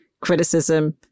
criticism